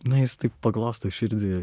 na jis taip paglosto širdį